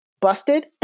busted